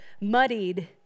muddied